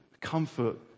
comfort